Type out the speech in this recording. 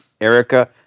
Erica